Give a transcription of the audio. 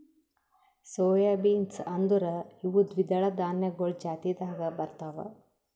soy beans ಅಂದುರ್ ಇವು ದ್ವಿದಳ ಧಾನ್ಯಗೊಳ್ ಜಾತಿದಾಗ್ ಬರ್ತಾವ್